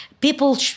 People